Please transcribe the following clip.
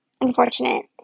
unfortunate